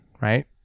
right